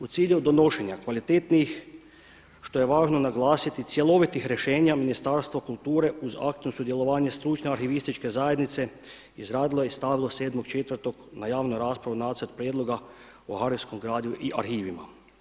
U cilju donošenja kvalitetnijih što je važno naglasiti, cjelovitih rješenja Ministarstvo kulture uz aktivno sudjelovanje stručne arhivističke zajednice izradilo je i stavilo 7.4. na javnu raspravu Nacrt prijedloga o arhivskom gradivu i arhivima.